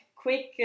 quick